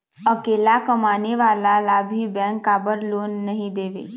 अकेला कमाने वाला ला भी बैंक काबर लोन नहीं देवे?